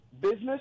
Business